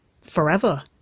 Forever